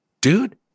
dude